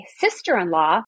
sister-in-law